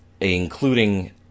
including